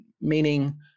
meaning